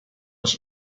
was